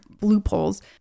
loopholes